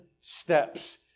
steps